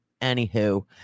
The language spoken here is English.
Anywho